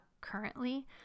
currently